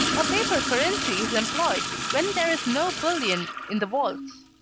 a paper currency is employed, when there is no bullion in the vaults.